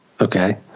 Okay